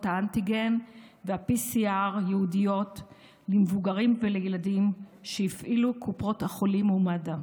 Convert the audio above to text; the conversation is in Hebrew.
אנטיגן ו-PCR ייעודיות למבוגרים ולילדים שהפעילו קופות החולים ומד"א.